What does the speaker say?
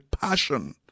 passion